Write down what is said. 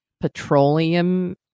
petroleum